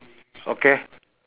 okay